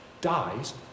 dies